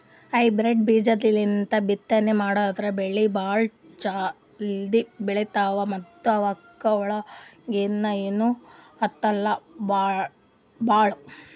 hybrid ಬೀಜಾಲಿಂದ ಬಿತ್ತನೆ ಮಾಡದ್ರ್ ಬೆಳಿ ಭಾಳ್ ಜಲ್ದಿ ಬೆಳೀತಾವ ಮತ್ತ್ ಅವಕ್ಕ್ ಹುಳಗಿಳ ಏನೂ ಹತ್ತಲ್ ಭಾಳ್